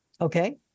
Okay